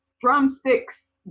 drumsticks